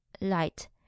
light